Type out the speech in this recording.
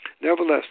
Nevertheless